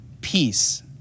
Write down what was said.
peace